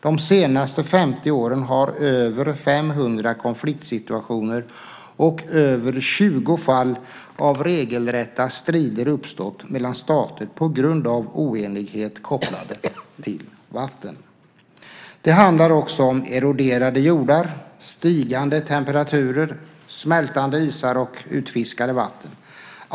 De senaste 50 åren har över 500 konfliktsituationer och över 20 fall av regelrätta strider uppstått mellan stater på grund av oenighet kopplad till vatten. Det handlar också om eroderande jordar, stigande temperaturer, smältande isar och utfiskade vatten.